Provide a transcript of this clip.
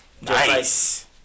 Nice